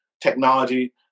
technology